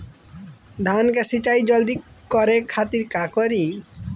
धान के सिंचाई जल्दी करे खातिर का करी?